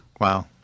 Wow